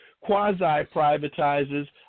quasi-privatizes